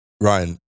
Ryan